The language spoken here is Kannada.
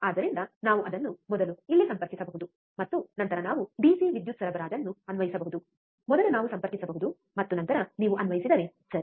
ಆದ್ದರಿಂದ ನಾವು ಅದನ್ನು ಮೊದಲು ಇಲ್ಲಿ ಸಂಪರ್ಕಿಸಬಹುದು ಮತ್ತು ನಂತರ ನಾವು ಡಿಸಿ ವಿದ್ಯುತ್ ಸರಬರಾಜನ್ನು ಅನ್ವಯಿಸಬಹುದು ಮೊದಲು ನಾವು ಸಂಪರ್ಕಿಸಬಹುದು ಮತ್ತು ನಂತರ ನೀವು ಅನ್ವಯಿಸಿದರೆ ಸರಿ